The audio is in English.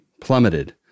plummeted